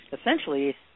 essentially